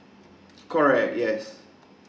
correct yes